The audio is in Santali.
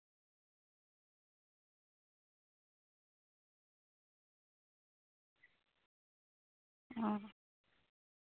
ᱚᱸᱻ